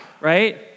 right